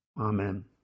Amen